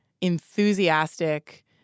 enthusiastic